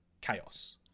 chaos